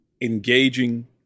engaging